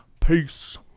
peace